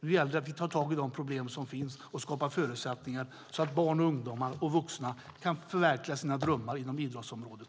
Nu gäller det att vi tar tag i de problem som finns och skapar förutsättningar så att barn, ungdomar och vuxna kan förverkliga sina drömmar inom idrottsområdet.